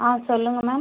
ஆ சொல்லுங்கள் மேம்